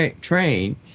train